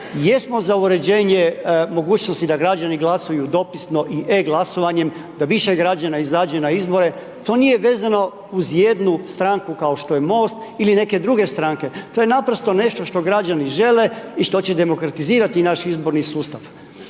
jesmo za uređenje mogućnosti da građani glasuju dopisno i e-glasovanjem, da više građana izađe na izbore. To nije vezano uz jednu stranku kao što je MOST ili neke druge stranke. To je naprosto nešto što građani žele i što će demokratizirati naš izborni sustav.